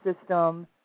system